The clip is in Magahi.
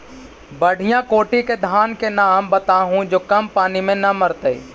बढ़िया कोटि के धान के नाम बताहु जो कम पानी में न मरतइ?